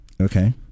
okay